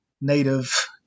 native